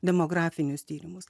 demografinius tyrimus